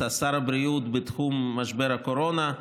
שר הבריאות בתחום משבר הקורונה,